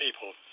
people